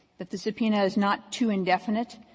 that the subpoena is not too indefinite,